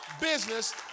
business